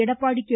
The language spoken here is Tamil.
எடப்பாடி கே